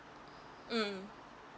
mm